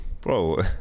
bro